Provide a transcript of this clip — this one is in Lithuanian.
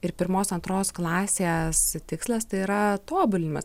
ir pirmos antros klasės tikslas tai yra tobulinimas